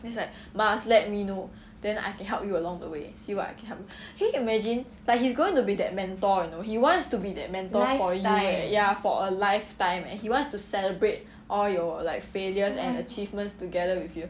then he's like must let me know then I can help you along the way see what I can help you can you imagine like he's going to be that mentor you know he wants to be that mentor for you eh ya for a lifetime eh he wants to celebrate all your like failures and achievements together with you